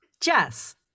Jess